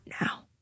now